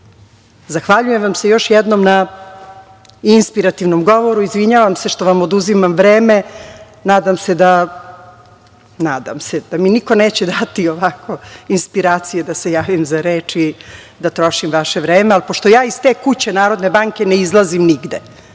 poštujemo. Zahvaljujem vam se još jednom na inspirativnom govoru. Izvinjavam se što vam oduzimam vreme. Nadam se, da mi niko neće dati ovako inspiracije da se javim za reč i da trošim vaše vreme. Pošto ja iz te kuće NBS ne izlazim nigde,